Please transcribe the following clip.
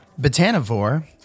Botanivore